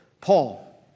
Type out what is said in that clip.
Paul